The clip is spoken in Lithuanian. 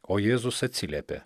o jėzus atsiliepė